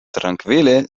trankvile